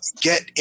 get